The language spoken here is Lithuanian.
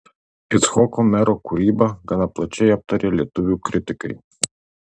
icchoko mero kūrybą gana plačiai aptarė lietuvių kritikai